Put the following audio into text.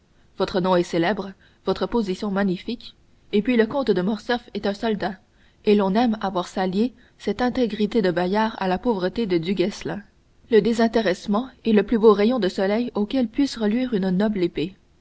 votre nom est célèbre votre position magnifique et puis le comte de morcerf est un soldat et l'on aime à voir s'allier cette intégrité de bayard à la pauvreté de duguesclin le désintéressement est le plus beau rayon de soleil auquel puisse reluire une noble épée